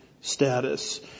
status